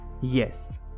Yes